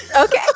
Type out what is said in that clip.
Okay